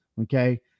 Okay